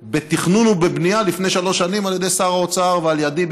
בתכנון ובבנייה לפני שלוש שנים על ידי שר האוצר ועל ידי,